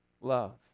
love